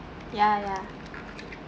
yeah yeah